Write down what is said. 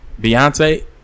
Beyonce